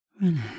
relax